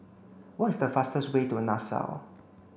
what is the fastest way to Nassau